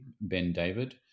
Ben-David